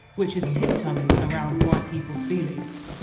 which is tiptoeing around white people's feelings